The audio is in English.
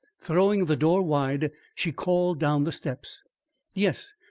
throwing the door wide, she called down the steps yes,